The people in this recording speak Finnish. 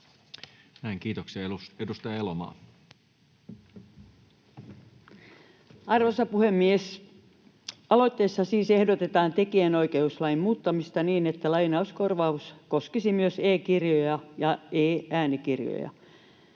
Näin, kiitoksia. — Edustaja Elomaa. Arvoisa puhemies! Aloitteessa siis ehdotetaan tekijänoikeuslain muuttamista niin, että lainauskorvaus koskisi myös e-kirjoja ja e-äänikirjoja.